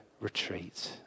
retreat